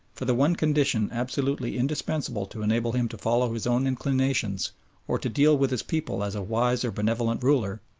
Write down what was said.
for the one condition absolutely indispensable to enable him to follow his own inclinations or to deal with his people as a wise or benevolent ruler,